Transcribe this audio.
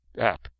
app